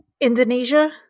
Indonesia